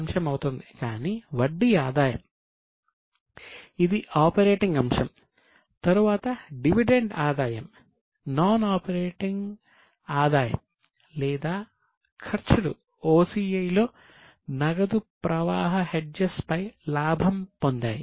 అందుకున్న వడ్డీపై లాభం పొందాయి